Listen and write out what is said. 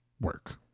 work